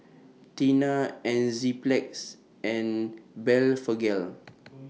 Tena Enzyplex and Blephagel